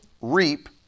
reap